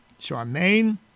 Charmaine